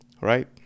Right